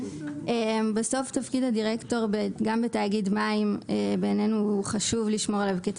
בסוף תפקיד הדירקטור גם בתאגיד מים בעיננו חשוב לשמור עליו.